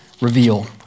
reveal